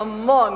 המון.